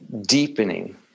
deepening